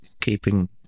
keeping